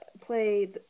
play